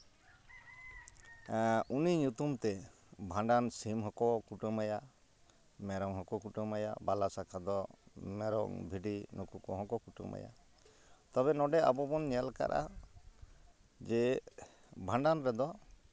ᱩᱱᱤ ᱧᱩᱛᱩᱢ ᱛᱮ ᱵᱷᱟᱸᱰᱟᱱ ᱥᱤᱢ ᱦᱚᱸᱠᱚ ᱠᱩᱴᱟᱹᱢᱟᱭᱟ ᱢᱮᱨᱚᱢ ᱦᱚᱸᱠᱚ ᱠᱩᱴᱟᱹᱢᱟᱭᱟ ᱵᱟᱞᱟ ᱥᱟᱠᱟ ᱫᱚ ᱢᱮᱨᱚᱢ ᱵᱷᱤᱰᱤ ᱱᱩᱠᱩ ᱠᱚᱦᱚᱸ ᱠᱚ ᱠᱩᱴᱟᱹᱢᱟᱭᱟ ᱛᱚᱵᱮ ᱱᱚᱰᱮ ᱟᱵᱚ ᱵᱚᱱ ᱧᱮᱞ ᱠᱟᱫᱼᱟ ᱡᱮ ᱵᱷᱟᱸᱰᱟᱱ ᱨᱮᱫᱚ